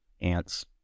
ants